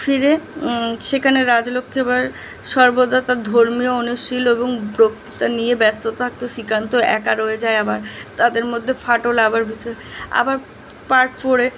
ফিরে সেখানে রাজলক্ষ্মী আবার সর্বদা তার ধর্মীয় অনুশীলণ এবং বক্তৃতা নিয়ে ব্যস্ত থাকতো শ্রীকান্ত একা রয়ে যায় আবার তাদের মধ্যে ফাটল আবার বিষয় আবার পার্ট ফোরে